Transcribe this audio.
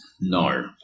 No